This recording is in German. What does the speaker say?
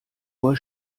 uhr